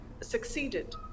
succeeded